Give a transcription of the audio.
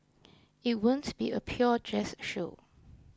it won't be a pure jazz show